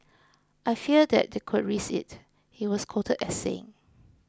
I fear that they could risk it he was quoted as saying